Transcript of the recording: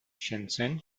shenzhen